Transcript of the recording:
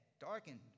darkened